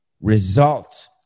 result